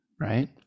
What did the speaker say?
Right